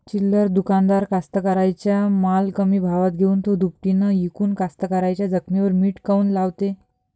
चिल्लर दुकानदार कास्तकाराइच्या माल कमी भावात घेऊन थो दुपटीनं इकून कास्तकाराइच्या जखमेवर मीठ काऊन लावते?